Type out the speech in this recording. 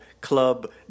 Club